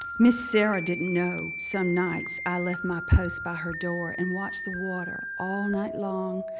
miss sarah didn't know some nights i left my post by her door and watched the water all night long.